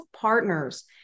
partners